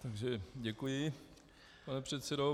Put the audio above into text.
Takže děkuji, pane předsedo.